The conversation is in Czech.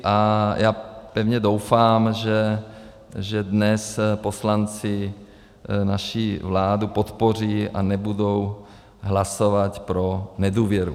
A já pevně doufám, že dnes poslanci naši vládu podpoří a nebudou hlasovat pro nedůvěru.